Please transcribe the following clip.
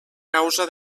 causa